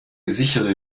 sichere